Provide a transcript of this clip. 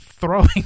throwing